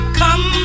come